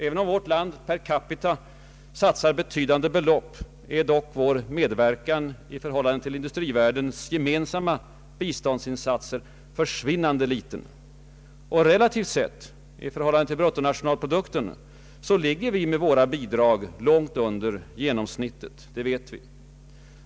Även om vårt land per capita satsar betydande belopp är dock vår medverkan i förhållande till industrivärldens gemensamma biståndsinsatser försvinnande liten. Och relativt sett — i förhållande till bruttonationalprodukten — ligger vi med våra bidrag långt under genomsnittet, det vet vi.